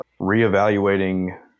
reevaluating